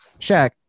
Shaq